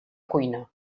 cuina